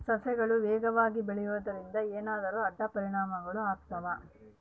ಸಸಿಗಳು ವೇಗವಾಗಿ ಬೆಳೆಯುವದರಿಂದ ಏನಾದರೂ ಅಡ್ಡ ಪರಿಣಾಮಗಳು ಆಗ್ತವಾ?